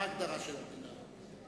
מה ההגדרה של המדינה?